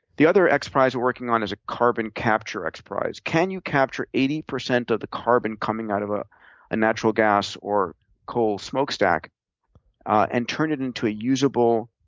the other xprize we're working on is a carbon capture xprize. can you capture eighty percent of the carbon coming out ah a natural gas or coal smokestack and turn it into a useable